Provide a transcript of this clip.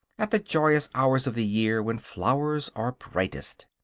at the joyous hours of the year when flowers are brightest.